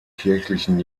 kirchlichen